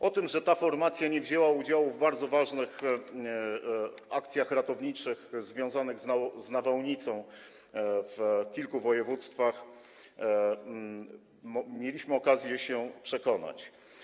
O tym, że ta formacja nie wzięła udziału w bardzo ważnych akcjach ratowniczych związanych z nawałnicą w kilku województwach, mieliśmy okazję się przekonać.